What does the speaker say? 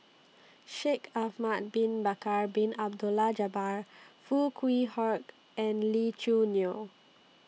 Shaikh Ahmad Bin Bakar Bin Abdullah Jabbar Foo Kwee Horng and Lee Choo Neo